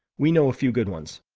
we know a few good ones.